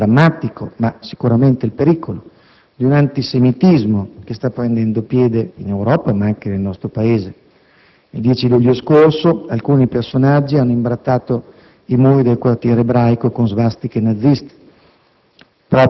non drammatico, ma sicuramente reale, di un antisemitismo che sta prendendo piede in Europa e anche nel nostro Paese: il 10 luglio scorso alcuni personaggi hanno imbrattato i muri del quartiere ebraico di Roma con svastiche naziste,